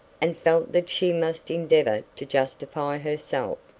and felt that she must endeavor to justify herself.